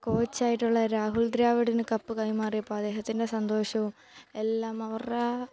coach ആയിട്ടുള്ള രാഹുൽ ദ്രാവിഡിന് cup കൈമാറിയപ്പോൾ അദ്ദേഹത്തിൻ്റെ സന്തോഷവും എല്ലാം അവരുടെ ആ